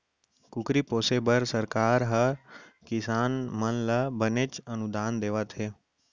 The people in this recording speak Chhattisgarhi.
कुकरी पोसे बर सरकार हर किसान मन ल बनेच अनुदान देवत हे